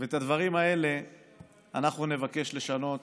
ואת הדברים האלה אנחנו נבקש לשנות